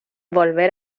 volver